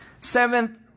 Seventh